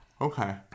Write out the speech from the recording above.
Okay